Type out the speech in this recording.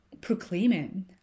proclaiming